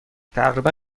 تقریبا